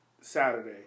Saturday